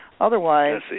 Otherwise